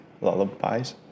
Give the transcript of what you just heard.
Lullabies